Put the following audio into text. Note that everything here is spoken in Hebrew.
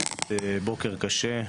בוקר קשה,